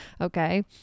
Okay